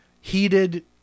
heated